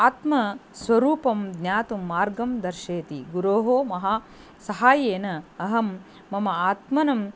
आत्मस्वरूपं ज्ञातुं मार्गं दर्शयति गुरोः महा सहाय्येन अहं मम आत्मानम्